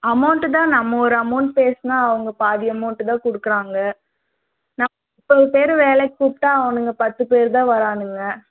amount தான் நம்ம ஒரு அமௌண்ட் பேசின்னா அவங்க பாதி அமௌண்ட்டு தான் கொடுக்குறாங்க நாற்பது பேர் வேலைக்கு கூப்பிட்டா அவனுங்க பத்து பேர் தான் வரானுங்கள்